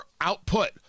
output